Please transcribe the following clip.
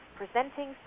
presenting